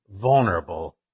vulnerable